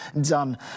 done